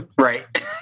Right